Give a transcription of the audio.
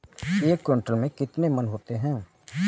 एक क्विंटल में कितने मन होते हैं?